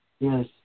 Yes